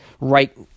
right